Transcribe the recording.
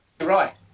Right